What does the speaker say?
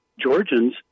Georgians